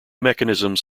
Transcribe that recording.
mechanisms